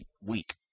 week